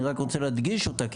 אני רק רוצה להדגיש אותה .